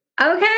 Okay